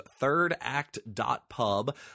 thirdact.pub